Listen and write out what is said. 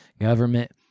Government